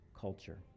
culture